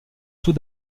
tout